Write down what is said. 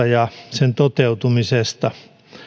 ja sen toteutumisesta